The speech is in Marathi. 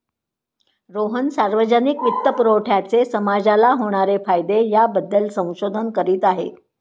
रोहन सार्वजनिक वित्तपुरवठ्याचे समाजाला होणारे फायदे याबद्दल संशोधन करीत आहे